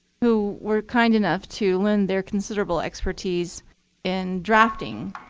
who were kind enough to lend their considerable expertise in drafting